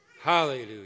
Hallelujah